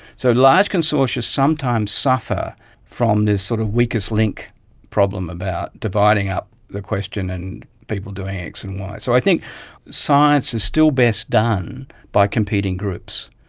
so large consortia sometimes suffer from this sort of weakest link problem about dividing up the question and people doing x and y. so i think science is still best done by competing groups.